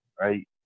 right